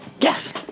Yes